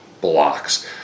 blocks